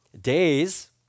days